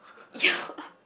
ya